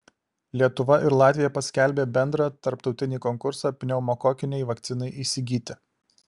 lietuva ir latvija paskelbė bendrą tarptautinį konkursą pneumokokinei vakcinai įsigyti